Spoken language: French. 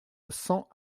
cent